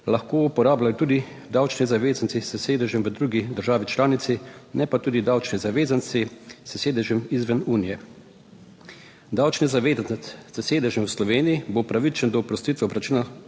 lahko uporabljali tudi davčni zavezanci s sedežem v drugi državi članici, ne pa tudi davčni zavezanci s sedežem izven Unije. Davčni zavezanec s sedežem v Sloveniji bo upravičen do oprostitve